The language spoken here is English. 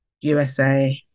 USA